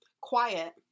Quiet